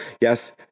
Yes